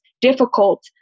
difficult